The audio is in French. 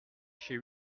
chez